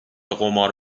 قمار